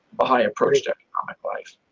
baha'i approach to economic life.